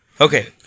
Okay